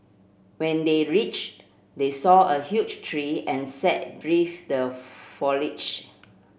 when they reached they saw a huge tree and sat beneath the foliage